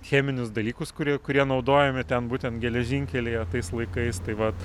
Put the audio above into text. cheminius dalykus kurie kurie naudojami ten būtent geležinkelyje tais laikais tai vat